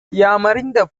யாமறிந்த